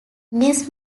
ness